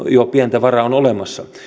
jo pientä varaa on olemassa